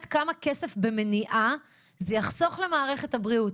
כמה כסף במניעה זה יחסוך למערכת הבריאות,